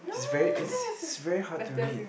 he's very is he's very hard to read